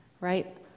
right